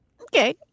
Okay